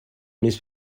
نیس